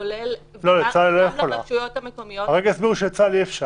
כולל --- לא, הרגע הסבירו שלצה"ל היא לא יכולה.